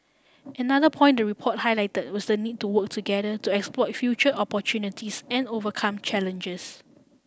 another point the report highlight was the need to work together to exploit future opportunities and overcome challenges